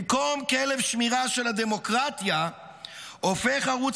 במקום כלב שמירה של הדמוקרטיה הופך ערוץ